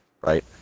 right